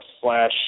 slash